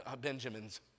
Benjamins